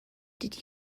did